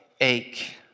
ache